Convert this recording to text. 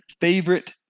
favorite